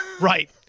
Right